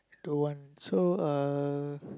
don't want so uh